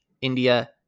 India